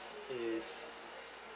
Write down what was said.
is